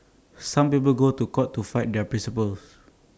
some people go to court to fight their principles